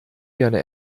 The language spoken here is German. gerne